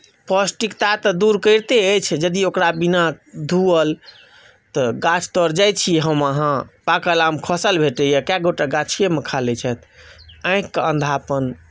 पौष्टिकता तऽ दूर करिते अछि यदि ओकरा बिना धुअल तऽ गाछतर जाइ छी हम अहाँ पाकल आम खसल भेटैए कए गोटे गाछिएमे खा लैत छथि आँखिके अन्धापन